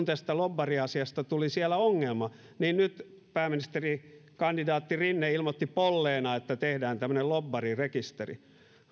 tästä lobbariasiasta tuli ongelma pääministerikandidaatti rinne ilmoitti polleana että tehdään tämmöinen lobbarirekisteri